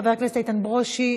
חבר הכנסת איתן ברושי,